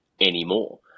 anymore